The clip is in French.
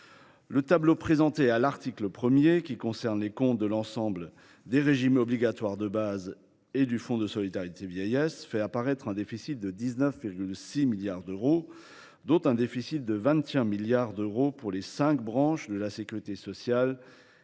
Le tableau présenté à l’article 1, qui concerne les comptes de l’ensemble des régimes obligatoires de base et du FSV, fait apparaître un déficit de 19,6 milliards d’euros, dont un déficit de 21 milliards d’euros pour les cinq branches de la sécurité sociale et un léger excédent